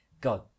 God